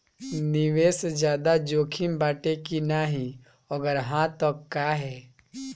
निवेस ज्यादा जोकिम बाटे कि नाहीं अगर हा तह काहे?